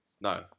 No